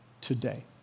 today